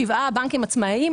שבעה בנקים עצמאיים.